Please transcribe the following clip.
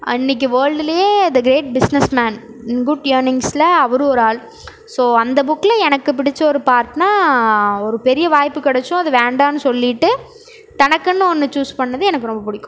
அன்றைக்கி வேர்ல்டுலேயே the great business man in good எர்னிங்ஸில் அவரும் ஒரு ஆள் ஸோ அந்த புக்கில் எனக்கு பிடிச்ச ஒரு பார்ட்னால் ஒரு பெரிய வாய்ப்பு கிடைச்சும் அதை வேண்டாம்ன்னு சொல்லிவிட்டு தனக்குன்னு ஒன்று சூஸ் பண்ணது எனக்கு ரொம்ப பிடிக்கும்